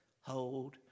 hold